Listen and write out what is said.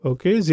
Okay